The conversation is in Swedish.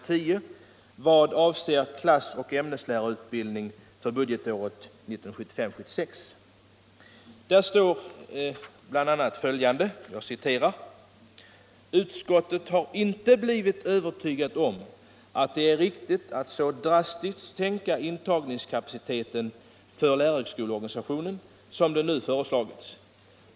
10 vad avser klassoch ämneslärarutbildningen för budgetåret 1975/76. Där står bl.a. följande: ”Utskottet har inte blivit övertygat om att det är riktigt att så drastiskt sänka intagningskapaciteten för lärarhögskoleorganisationen som det nu föreslagits.